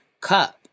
cup